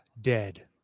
dead